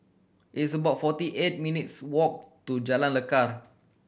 it's about forty eight minutes' walk to Jalan Lekar